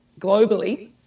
globally